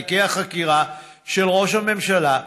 תיקי החקירה של ראש הממשלה,